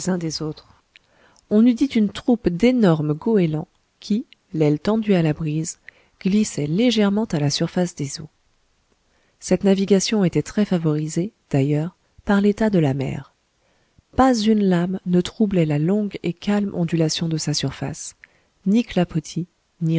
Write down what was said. uns des autres on eût dit une troupe d'énormes goélands qui l'aile tendue à la brise glissaient légèrement à la surface des eaux cette navigation était très favorisée d'ailleurs par l'état de la mer pas une lame ne troublait la longue et calme ondulation de sa surface ni clapotis ni